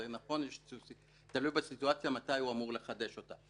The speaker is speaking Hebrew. זה תלוי בסיטואציה מתי הוא אמור לחדש אותו.